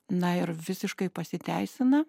na ir visiškai pasiteisina